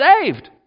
saved